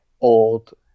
old